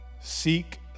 Seek